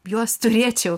juos turėčiau